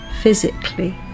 physically